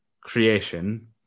creation